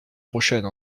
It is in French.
prochaine